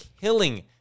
killing